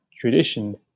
tradition